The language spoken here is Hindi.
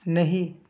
नहीं